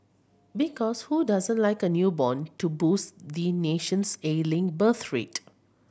because who doesn't like a newborn to boost the nation's ailing birth rate